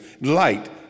light